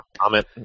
comment